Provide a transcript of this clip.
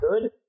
good